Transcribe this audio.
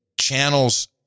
channels